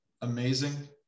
amazing